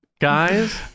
guys